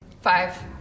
Five